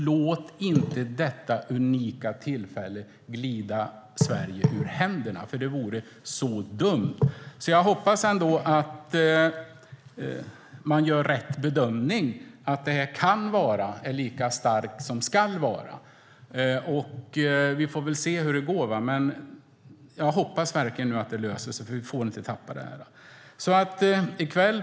Låt inte detta unika tillfälle glida Sverige ur händerna, för det vore dumt. Jag hoppas att bedömningen att "kan vara" är lika starkt som "skall vara" är rätt. Vi får se hur det går. Jag hoppas verkligen att det löser sig, för vi får inte tappa detta.